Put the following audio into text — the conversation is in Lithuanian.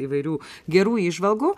įvairių gerų įžvalgų